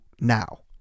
now